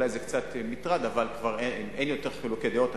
אולי זה קצת מטרד, אבל אין יותר חילוקי דעות.